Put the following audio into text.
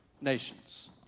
nations